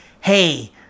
hey